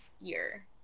year